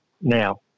Now